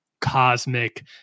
cosmic